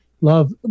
love